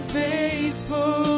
faithful